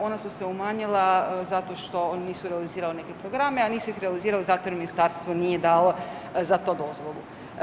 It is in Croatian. Ona su se umanjila zato što nisu realizirali neke programe, a nisu izrealizirali zato jer ministarstvo nije dalo za to dozvolu.